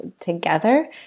together